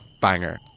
banger